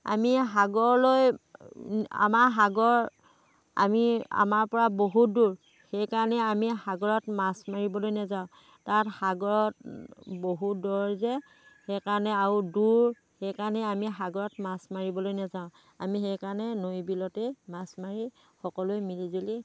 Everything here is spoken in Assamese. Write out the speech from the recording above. আমি সাগৰলৈ আমাৰ সাগৰ আমি আমাৰ পৰা বহুত দূৰ সেইকাৰণে আমি সাগৰত মাছ মাৰিবলৈ নেযাওঁ তাত সাগৰত বহুত দ' যে সেইকাৰণে আৰু দূৰ সেইকাৰণে আমি সাগৰত মাছ মাৰিবলৈ নেযাওঁ আমি সেইকাৰণে নৈ বিলতে মাছ মাৰি সকলোৱে মিলিজুলি থাকোঁ